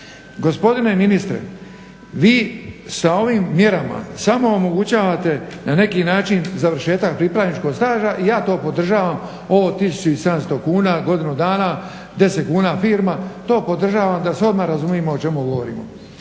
Gospodine ministre, vi sa ovim mjerama samo omogućavate na neki način završetak pripravničkog staža i ja to podržavam, ovo 1700 kuna, godinu dana, 10 kuna firma, to podržavam da se odmah razumijemo o čemu govorimo.